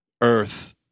earth